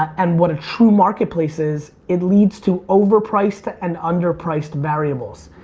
and what a true marketplace is it leads to overpriced and underpriced variables.